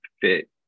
fit